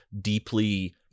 deeply